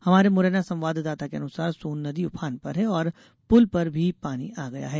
हमारे मुरैना संवाददाता के अनुसार सोन नदी उफान पर है और पुल पर भी पानी आ गया है